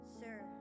sir